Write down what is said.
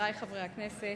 חברי חברי הכנסת,